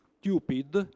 stupid